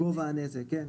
את גובה הנזק, כן.